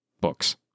books